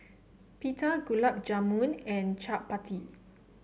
Pita Gulab Jamun and Chapati